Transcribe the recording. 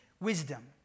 wisdom